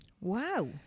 Wow